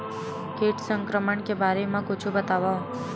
कीट संक्रमण के बारे म कुछु बतावव?